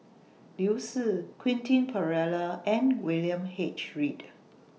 Liu Si Quentin Pereira and William H Read